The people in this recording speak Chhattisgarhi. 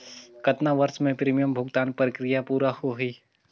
कतना वर्ष मे प्रीमियम भुगतान प्रक्रिया पूरा होही?